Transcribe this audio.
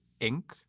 ink